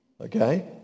Okay